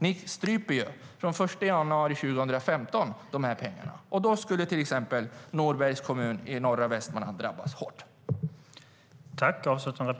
Ni vill ju strypa de här pengarna från den 1 januari 2015. Då skulle till exempel Norbergs kommun i norra Västmanland drabbas hårt.